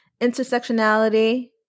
intersectionality